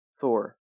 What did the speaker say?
Thor